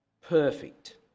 perfect